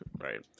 Right